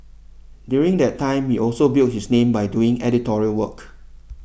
during that time he also built his name by doing editorial work